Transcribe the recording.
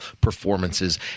performances